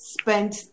spent